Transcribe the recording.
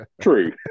true